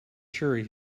sure